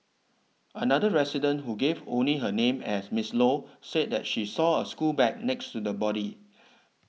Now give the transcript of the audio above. another resident who gave only her name as Miss Low said that she saw a school bag next to the body